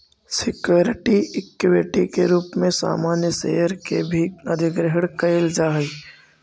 security equity के रूप में सामान्य शेयर के भी अधिग्रहण कईल जा हई